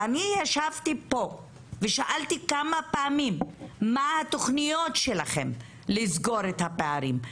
אני ישבתי פה ושאלתי כמה פעמים מה התוכניות שלכם לסגור את הפערים.